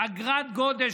"אגרת גודש",